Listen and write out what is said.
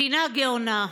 מדינה גאונה.